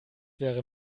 wäre